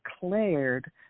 declared